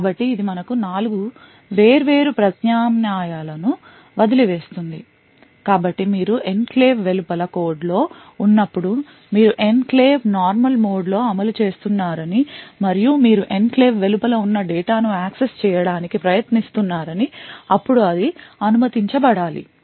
కాబట్టి ఇది మనకు నాలుగు వేర్వేరు ప్రత్యామ్నాయాలను వదిలి వేస్తుంది కాబట్టి మీరు ఎన్క్లేవ్ వెలుపల కోడ్లో ఉన్నప్పుడు మీరు ఎన్క్లేవ్ normal మోడ్లో అమలు చేస్తున్నారని మరియు మీరు ఎన్క్లేవ్ వెలుపల ఉన్న డేటా ను యాక్సెస్ చేయడానికి ప్రయత్నిస్తున్నారని అప్పుడు అది అనుమతించబడాలి